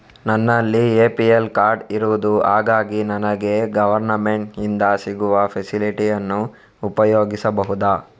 ನನ್ನಲ್ಲಿ APL card ಇರುದು ಹಾಗಾಗಿ ನನಗೆ ಗವರ್ನಮೆಂಟ್ ಇಂದ ಸಿಗುವ ಫೆಸಿಲಿಟಿ ಅನ್ನು ಉಪಯೋಗಿಸಬಹುದಾ?